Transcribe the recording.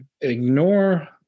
ignore